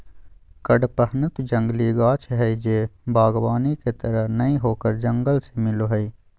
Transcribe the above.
कडपहनुत जंगली गाछ हइ जे वागबानी के तरह नय होकर जंगल से मिलो हइ